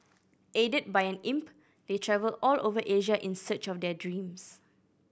aided by an imp they travel all over Asia in search of their dreams